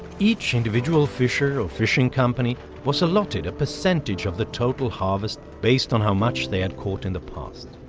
each individual fisher or fishing company was allotted a percentage of the total harvest based on how much they had caught in the past.